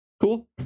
Cool